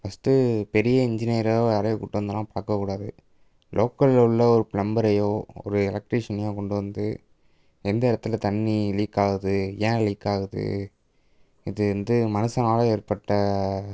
first பெரிய இஞ்சினியரோ யாரயும் கூப்பிட்டு வந்தெல்லாம் பார்க்கக்கூடாது லோக்கலில் உள்ள ஒரு பிளம்பரையோ ஒரு எலக்ட்ரிஷியனயோ கொண்டு வந்து எந்த இடத்துல தண்ணி லீக் ஆகுது ஏன் லீக் ஆகுது இது வந்து மனுசனால ஏற்பட்ட